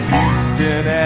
Houston